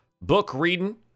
book-reading